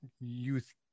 youth